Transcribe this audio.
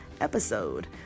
episode